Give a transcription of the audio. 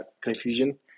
confusion